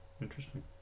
Interesting